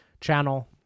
channel